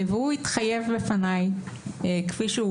והוא התחייב בפניי כפי שהוא